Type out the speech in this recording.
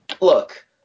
Look